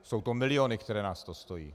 Jsou to miliony, které nás to stojí.